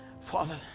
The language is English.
father